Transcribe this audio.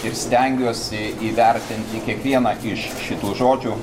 ir stengiuosi įvertinti kiekvieną iš šitų žodžių